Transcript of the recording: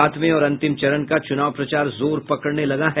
सातवें और अंतिम चरण का चुनाव प्रचार जोर पकड़ने लगा है